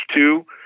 two